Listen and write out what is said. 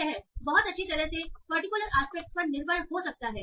यह बहुत अच्छी तरह से पर्टिकुलर आस्पेक्ट पर निर्भर हो सकता है